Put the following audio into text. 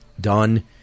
done